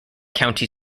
county